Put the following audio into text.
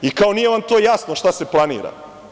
I, kao, nije vam to jasno šta se planira?